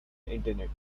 internet